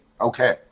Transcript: okay